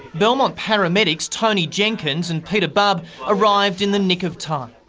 belmont paramedics tony jenkins and peter bubb arrived in the nick of time.